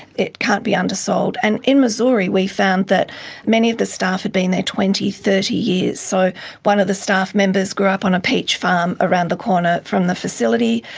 it can't be undersold. and in missouri we found that many of the staff had been there twenty, thirty years. so one of the staff members grew up on a peach farm around the corner from the facility.